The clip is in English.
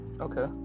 Okay